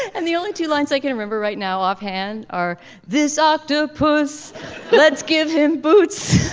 and the only two lines i can remember right now offhand are this after a pause let's give him boots